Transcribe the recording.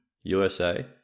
usa